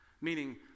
Meaning